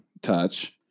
touch